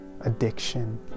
addiction